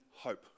hope